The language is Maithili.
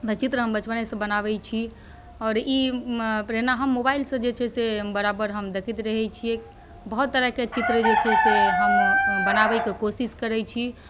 चित्र हम बचपनेसँ बनाबै छी आओर ई प्रेरणा हम मोबाइलसँ जे छै से हम बराबर हम देखैत रहै छियै बहुत तरहके चित्र जे छै से हम बनाबैके कोशिश करै छी